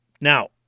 Now